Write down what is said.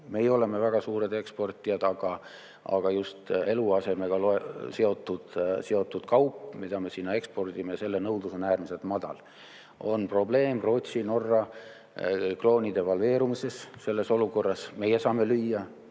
oleme olnud väga suured eksportijad. Aga just eluasemega seotud seotud kaup, mida me sinna ekspordime, selle nõudlus on äärmiselt madal. On probleem ka Rootsi ja Norra krooni devalveerumises, selles olukorras meie saame lüüa.